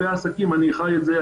אני חי את זה,